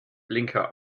blinker